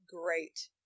great